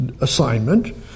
assignment